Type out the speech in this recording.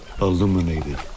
illuminated